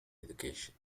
education